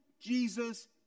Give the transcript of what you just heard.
Jesus